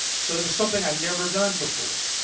so it was something i'd never done before.